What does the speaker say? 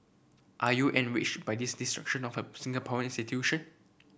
are you enraged by this destruction of a Singaporean institution